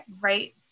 right